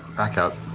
back out.